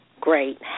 Great